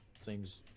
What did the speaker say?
Seems